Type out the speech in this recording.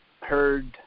heard